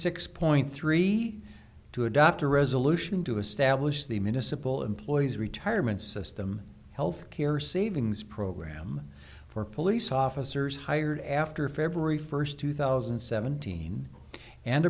six point three two adopt a resolution to establish the municipal employees retirement system health care savings program for police officers hired after february first two thousand and seventeen and